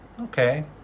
Okay